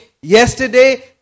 yesterday